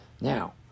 Now